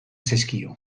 zaizkio